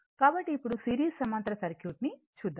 కాబట్టి ఇప్పుడు సిరీస్ సమాంతర సర్క్యూట్ ని చూద్దాము